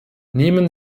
nehmen